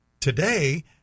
today